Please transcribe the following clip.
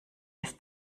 ist